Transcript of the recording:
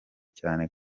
cyane